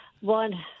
one